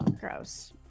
gross